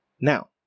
Now